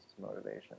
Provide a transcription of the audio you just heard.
motivation